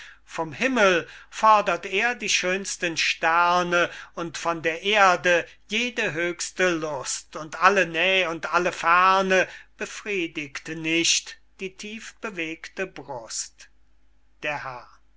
vom himmel fordert er die schönsten sterne und von der erde jede höchste lust und alle näh und alle ferne befriedigt nicht die tiefbewegte brust der herr